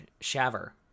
Shaver